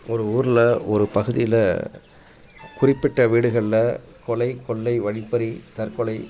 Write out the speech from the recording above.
ஒரு ஊரில் ஒரு பகுதியில குறிப்பிட்ட வீடுகளில் கொலை கொள்ளை வழிப்பறி தற்கொலை